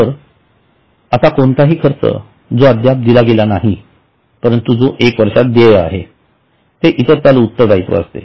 तर अशा कोणताही खर्चा जो अद्याप दिला गेला नाही परंतु जो 1 वर्षात देय आहे ते इतर चालू उत्तरदायीत्व असते